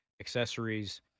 accessories